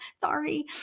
Sorry